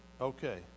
Okay